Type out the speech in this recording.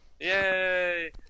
Yay